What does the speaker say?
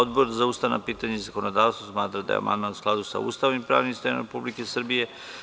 Odbor za ustavna pitanja i zakonodavstvo smatra da je amandman u skladu sa Ustavom i pravnim sistemom Republike Srbije.